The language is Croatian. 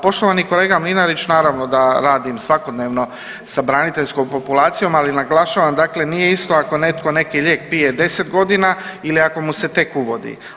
Pa poštovani kolega Mlinarić naravno da radim svakodnevno sa braniteljskom populacijom ali naglašavam dakle nije isto ako netko neki lijek pije 10 godina ili ako mu se tek uvodi.